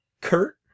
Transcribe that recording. Kurt